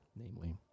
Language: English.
namely